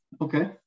Okay